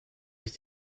ich